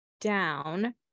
down